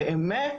באמת?